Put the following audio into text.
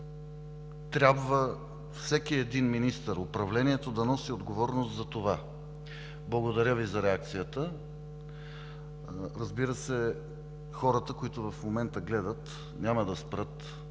трябва всеки един министър – управлението, да носи отговорност за това. Благодаря Ви за реакцията. Разбира се, хората, които в момента гледат – жителите